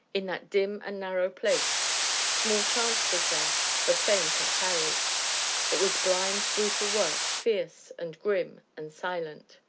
in that dim and narrow place small chance was there for feint or parry it was blind, brutal work, fierce, and grim, and silent.